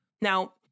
Now